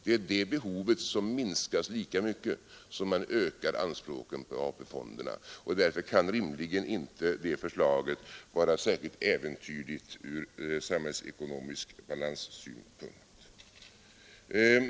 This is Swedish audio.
Det är det behovet som minskas lika mycket som man ökar anspråken på AP-fonderna. Därför kan det förslaget rimligen inte vara särskilt äventyrligt från samhällsekonomisk balanssynpunkt.